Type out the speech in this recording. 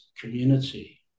community